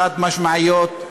חד-משמעיות,